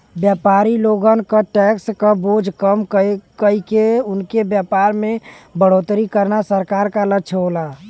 व्यापारी लोगन क टैक्स क बोझ कम कइके उनके व्यापार में बढ़ोतरी करना सरकार क लक्ष्य होला